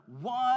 one